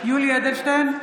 יולי יואל אדלשטיין,